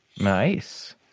Nice